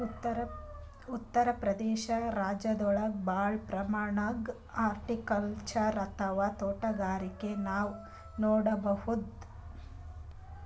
ಉತ್ತರ್ ಪ್ರದೇಶ ರಾಜ್ಯದಾಗ್ ಭಾಳ್ ಪ್ರಮಾಣದಾಗ್ ಹಾರ್ಟಿಕಲ್ಚರ್ ಅಥವಾ ತೋಟಗಾರಿಕೆ ನಾವ್ ನೋಡ್ಬಹುದ್